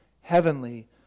heavenly